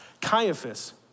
Caiaphas